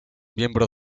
miembro